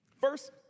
First